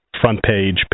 front-page